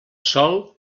sol